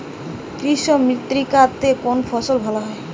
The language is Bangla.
কৃষ্ণ মৃত্তিকা তে কোন ফসল ভালো হয়?